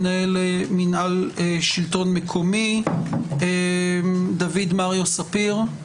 מנהל מינהל שלטון מקומי; דוד מריו ספיר,